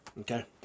Okay